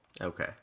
Okay